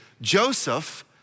Joseph